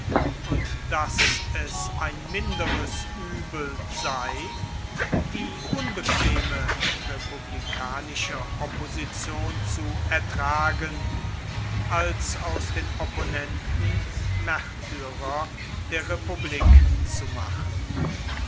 und daß es ein minderes übel sei die unbequeme republikanische opposition zu ertragen als aus den opponenten märtyrer der republik zu machen